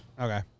Okay